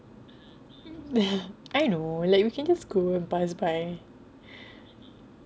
ya I know like you can just go and pass by